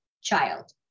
child